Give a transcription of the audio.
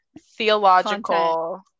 theological